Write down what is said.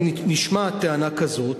נשמעת טענה כזאת,